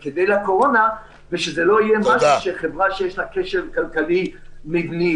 שזה לא חברה שיש לה כשל כלכלי מבני,